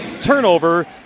Turnover